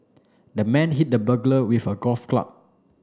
the man hit the burglar with a golf club